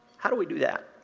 how do we do that?